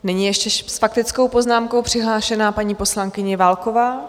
Nyní je ještě s faktickou poznámkou přihlášena paní poslankyně Válková.